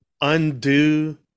undo